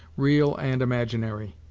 real and imaginary.